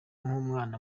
nk’umwana